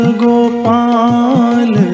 gopal